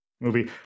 movie